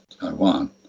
Taiwan